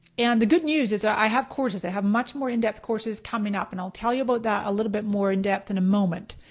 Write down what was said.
and the good news is that i have courses. i have much more in-depth courses coming up, and i'll tell you about that a little bit more in-depth in a moment.